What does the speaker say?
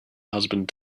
husband